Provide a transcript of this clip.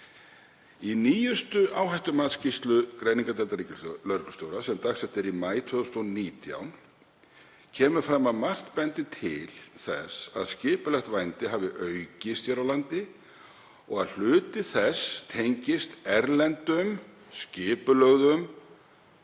Í nýjustu áhættumatsskýrslu greiningardeildar ríkislögreglustjóra, sem dagsett er í maí 2019, kemur fram að margt bendi til þess að skipulagt vændi hafi aukist hér á landi og að hluti þess tengist erlendum skipulögðum